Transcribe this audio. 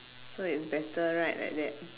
so it's better right like that